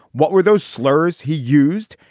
what were those slurs he used.